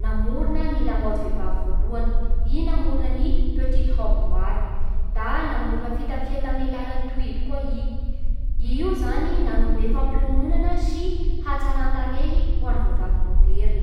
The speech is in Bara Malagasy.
namorona ny lamaody vehivavy voalohany I ro namorona ny petite robe noire Da namorona fitafia tamin'ny alalan'ny twide koa i I io zany nanome fampiononana sy hatsaran-tarehy vevavy maderina;